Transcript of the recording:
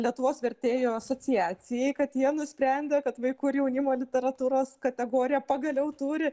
lietuvos vertėjų asociacijai kad jie nusprendė kad vaikų ir jaunimo literatūros kategorija pagaliau turi